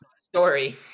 story